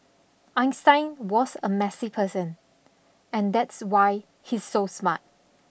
Einstein was a messy person and that's why he's so smart